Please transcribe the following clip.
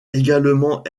également